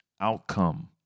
outcome